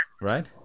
right